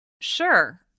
Sure